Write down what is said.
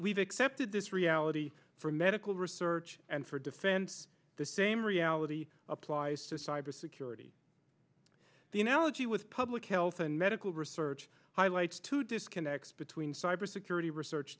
we've accepted this reality for medical research and for defense the same reality applies to cybersecurity the analogy with public health and medical research highlights to disconnect between cybersecurity research